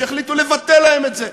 שהחליטו לבטל להם את זה,